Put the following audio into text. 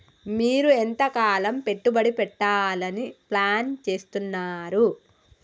మీరు ఎంతకాలం పెట్టుబడి పెట్టాలని ప్లాన్ చేస్తున్నారు?